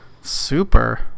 Super